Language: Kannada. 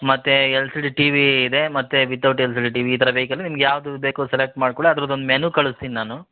ಮತ್ತು ಎಲ್ ಸಿ ಡಿ ಟಿವಿ ಇದೆ ಮತ್ತು without L C D TV ಈ ಥರ ವೈಕಲು ನಿಮ್ಗ ಯಾವುದು ಬೇಕು ಅದು ಸೆಲೆಕ್ಟ್ ಮಾಡ್ಕೊಳಿ ಅದ್ರದ್ದು ಒಂದು ಮೆನು ಕಳ್ಸ್ತೀನಿ ನಾನು